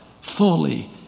Fully